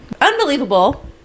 unbelievable